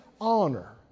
honor